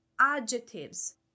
adjectives